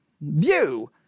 view